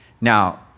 Now